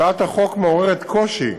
הצעת החוק מעוררת קושי,